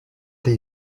they